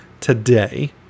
today